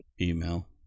Email